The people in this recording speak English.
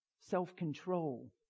self-control